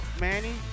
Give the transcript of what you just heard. Manny